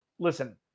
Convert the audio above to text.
Listen